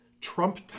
trump